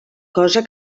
cosa